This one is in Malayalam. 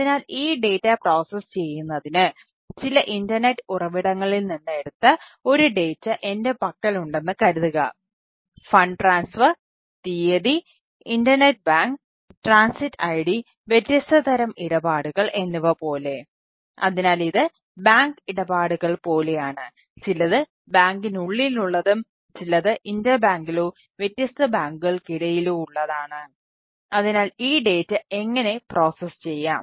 അതിനാൽ ഈ ഡാറ്റ പ്രോസസ്സ് ചെയ്യാം